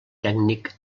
tècnic